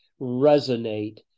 resonate